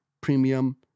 premium